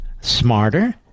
smarter